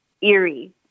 eerie